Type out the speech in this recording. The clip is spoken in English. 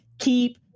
keep